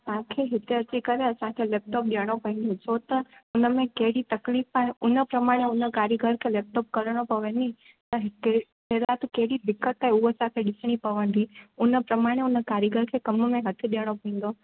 तव्हांखे हिते अची करे असांखे लेपटॉप ॾियणो पवंदो छो त उनमें कहिड़ी तकलीफ़ आहे उन प्रमाण ई हुन कारीगर खे लेपटॉप करिणो पए नी त हिकु पहिरा त कहिड़ी दिक़त आहे उआ असांखे ॾिसणी पवंदी उन प्रमाण ई उन कारीगर खे कमु में हथु ॾियणो पवंदो